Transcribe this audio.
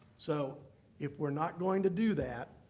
so if we're not going to do that,